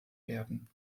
werden